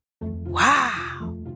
Wow